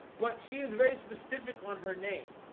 but she is very specific on her name